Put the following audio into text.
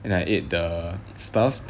and I ate the Stuff'd